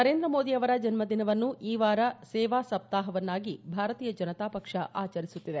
ನರೇಂದ್ರಮೋದಿಯವರ ಜನ್ನದಿನವನ್ನು ಈ ವಾರ ಸೇವಾ ಸಪ್ತಾಹ ವನ್ನಾಗಿ ಭಾರತೀಯ ಜನತಾ ಪಕ್ಷ ಆಚರಿಸುತ್ತಿದೆ